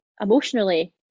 emotionally